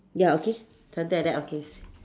ya okay something like that okay s~